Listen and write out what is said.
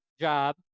job